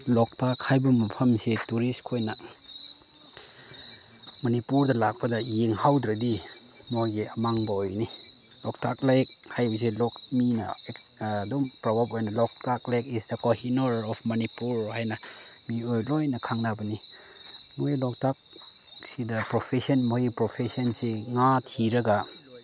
ꯂꯣꯛꯇꯥꯛ ꯍꯥꯏꯕ ꯃꯐꯝꯁꯤ ꯇꯨꯔꯤꯁꯈꯣꯏꯅ ꯃꯅꯤꯄꯨꯔꯗ ꯂꯥꯛꯄꯗ ꯌꯦꯡꯍꯧꯗ꯭ꯔꯗꯤ ꯃꯣꯏꯒꯤ ꯑꯃꯥꯡꯕ ꯑꯣꯏꯒꯅꯤ ꯂꯣꯛꯇꯥꯛ ꯂꯦꯛ ꯍꯥꯏꯕꯁꯦ ꯃꯤꯅ ꯑꯗꯨꯝ ꯄ꯭ꯔꯣꯚꯥꯞ ꯑꯣꯏꯅ Loktak lake is the Kohinoor of Manipur ꯍꯥꯏꯅ ꯃꯤꯑꯣꯏ ꯂꯣꯏꯅ ꯈꯪꯅꯕꯅꯤ ꯃꯣꯏ ꯂꯣꯛꯇꯥꯛꯁꯤꯗ ꯄ꯭ꯔꯣꯐꯦꯁꯟ ꯃꯣꯏꯒꯤ ꯄ꯭ꯔꯣꯐꯦꯁꯟꯁꯤ ꯉꯥ ꯊꯤꯔꯒ